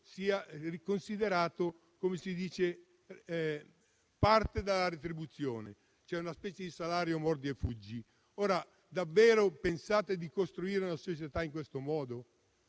sia considerato come parte della retribuzione, una specie di salario "mordi e fuggi". Davvero pensate di costruire una società in questo modo?